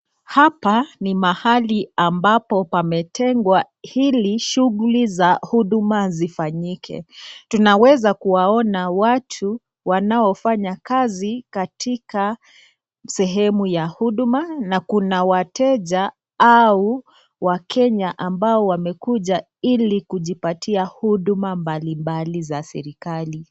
Hapa ni mahali ambapo pametengwa ili shughuli za huduma zifanyike. Tunaweza kuwaona watu wanaofanya kazi katika sehemu ya huduma na kuna wateja au wakenya ambao wamekuja ili kujipatia huduma mbalimbali za serikali.